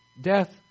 death